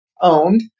owned